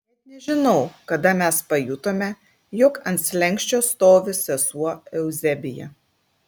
net nežinau kada mes pajutome jog ant slenksčio stovi sesuo euzebija